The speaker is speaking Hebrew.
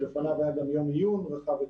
שלפניו היה גם יום עיון רחב-היקף.